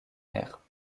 ère